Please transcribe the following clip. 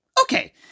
Okay